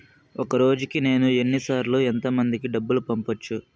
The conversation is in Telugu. ఒక రోజుకి నేను ఎన్ని సార్లు ఎంత మందికి డబ్బులు పంపొచ్చు?